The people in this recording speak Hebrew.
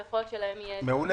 ויכול להיות שלהם יהיה --- מעולה.